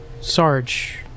Sarge